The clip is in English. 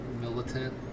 militant